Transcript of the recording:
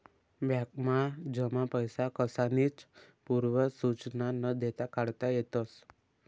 बॅकमा जमा पैसा कसानीच पूर्व सुचना न देता काढता येतस